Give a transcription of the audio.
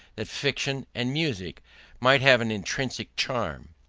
that fiction and music might have an intrinsic charm.